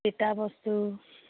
তিতা বস্তু